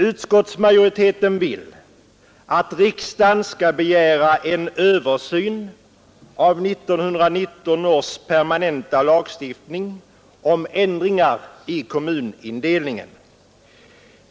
Utskottsmajoriteten vill att riksdagen skall begära en översyn av 1919 års permanenta lagstiftning om ändringar i kommunindelningen.